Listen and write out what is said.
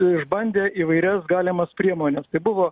išbandė įvairias galimas priemones tai buvo